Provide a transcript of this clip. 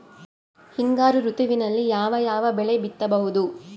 ಹಿಂಗಾರು ಋತುವಿನಲ್ಲಿ ಯಾವ ಯಾವ ಬೆಳೆ ಬಿತ್ತಬಹುದು?